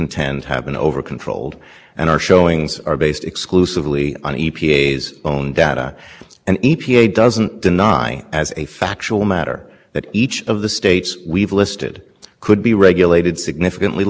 control but that's exactly what the supreme court said and to quote the operative sentence from the court's decision if e p a requires an upwind state to reduce emissions by more than necessary to achieve